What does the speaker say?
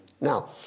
Now